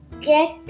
get